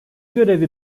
görevi